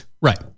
Right